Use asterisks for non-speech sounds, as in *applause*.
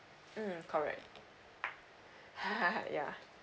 mm correct *laughs* yeah